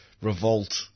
Revolt